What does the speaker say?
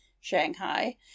Shanghai